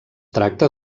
tracta